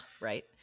Right